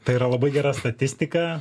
tai yra labai gera statistika